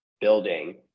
building